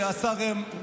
מה זה קשור?